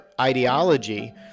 ideology